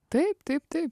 taip taip taip